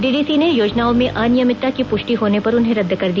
DDC ने योजनाओं में अनियमितता की पुष्टि होने पर उन्हें रद्द कर दिया